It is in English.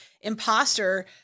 imposter